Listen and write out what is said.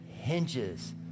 hinges